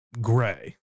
gray